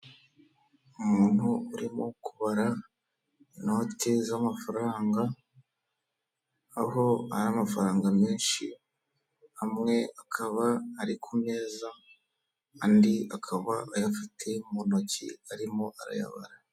Umuntu urimo kubara inoti z'amafaranga, aho ari mafaranga menshi amwe akaba ari ku meza andi akaba ayafite mu ntoki arimo arayabara.